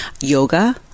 Yoga